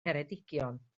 ngheredigion